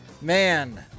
man